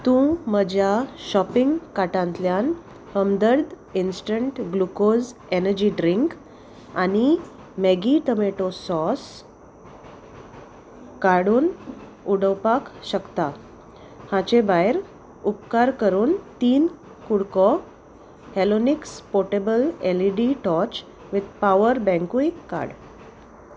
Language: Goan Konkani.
तूं म्हज्या शॉपींग कार्टांतल्यान Hamdard instant glucose energy drink आनी मॅगी टमॅटो सॉस काडून उडोवपाक शकता हाचे भायर उपकार करून तीन कु़डको Halonix portable L E D torch with power बँकूय काड